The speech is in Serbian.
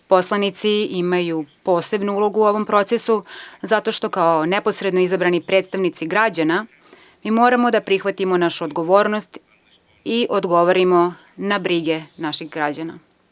Poslanici imaju posebnu ulogu u ovom procesu, zato što kao neposredno izabrani predstavnici građana, mi moramo da prihvatimo našu odgovornost i odgovorimo na brige naših građana.